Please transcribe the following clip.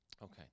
Okay